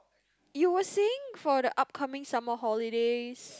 you were saying for the up coming summer holidays